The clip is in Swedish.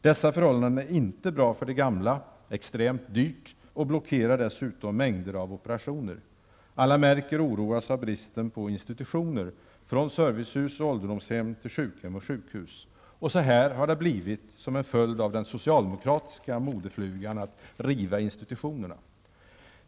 Dessa förhållanden är inte bra för de gamla. Det blir extremt dyrt, och härigenom blockeras dessutom en mängd operationer. Alla märker och oroas av bristen på institutioner, och det gäller då allt från servicehus och ålderdomshem till sjukhem och sjukhus. Så här har det blivit som en följd av den socialdemokratiska modeflugan att ''riva institutionerna''.